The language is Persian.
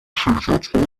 شرکتها